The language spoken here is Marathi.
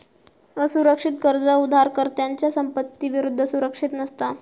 असुरक्षित कर्ज उधारकर्त्याच्या संपत्ती विरुद्ध सुरक्षित नसता